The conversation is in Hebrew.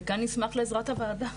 וכאן נשמח לעזרת הוועדה.